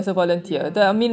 ya